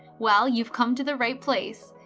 well, you've come to the right place.